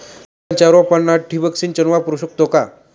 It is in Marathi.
पेरूच्या रोपांना ठिबक सिंचन वापरू शकतो का?